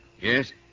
Yes